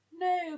No